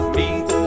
meet